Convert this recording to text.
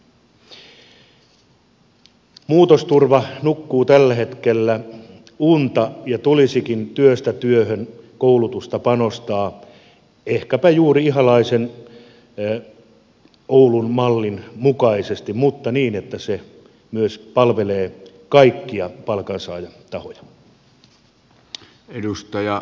muutosturva nukkuu tällä hetkellä unta ja työstä työhön koulutukseen tulisikin panostaa ehkäpä juuri ihalaisen oulun mallin mukaisesti mutta niin että se myös palvelee kaikkia palkansaajatahoja